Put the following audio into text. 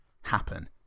happen